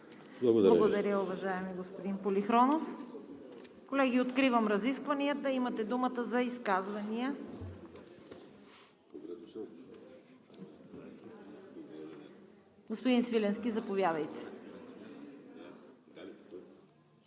Благодаря, уважаеми господин Полихронов. Колеги, откривам разискванията. Имате думата за изказвания. Господин Свиленски, заповядайте.